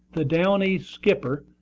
the down-east skipper,